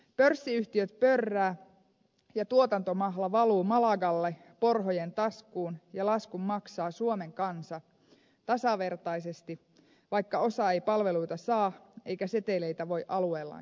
pörssiyhtiöt pörräävät ja tuotantomahla valuu malagalle porhojen taskuun ja laskun maksaa suomen kansa tasavertaisesti vaikka osa ei palveluita saa eikä seteleitä voi alueellaan käyttää